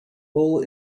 full